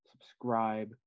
subscribe